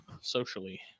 Socially